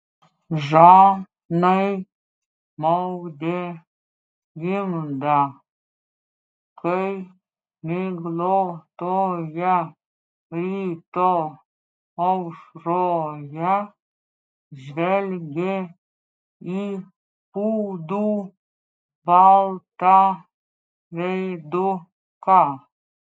žanai maudė gimdą kai miglotoje ryto aušroje žvelgė į pūdų baltą veiduką